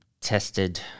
tested